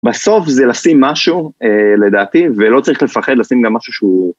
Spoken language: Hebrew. בסוף זה לשים משהו, לדעתי, ולא צריך לפחד לשים גם משהו שהוא...